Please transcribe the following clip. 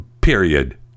period